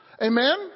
Amen